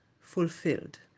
fulfilled